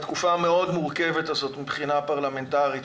בתקופה המורכבת מאוד הזאת מבחינה פרלמנטרית,